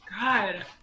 God